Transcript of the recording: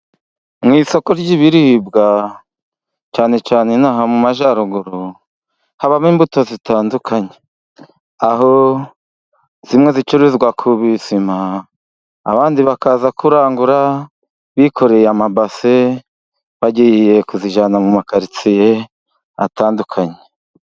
Mu isoko ry'ibiribwa cyane cyane inaha mu Majyaruguru, habamo imbuto zitandukanye, aho zimwe zicuruzwa ku bisima, abandi bakaza kurangura bikoreye amabase, bagiye kuzijyana mu makaritsiye atandukanye.